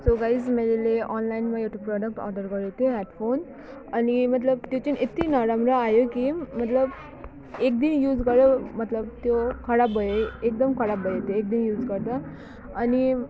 so guys मैले अनलाइनमा एउटा प्रडक्ट अर्डर गरेको थिएँ हेडफोन अनि मतलब त्यो चाहिँ यत्ति नराम्रो आयो कि मतलब एक दिन युज गऱ्यो मतलब त्यो खराब भयो है एकदम खराब भयो त्यो एक दिन युज गर्दा अनि